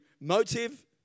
motive